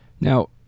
Now